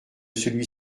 celui